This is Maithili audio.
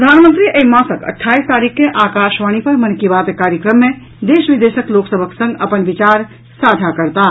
प्रधानमंत्री एहि मासक अट्ठाईस तारीख के आकाशवाणी पर मन की बात कार्यक्रम मे देश विदेशक लोक सभक संग अपन विचार साझा करताह